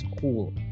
cool